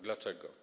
Dlaczego?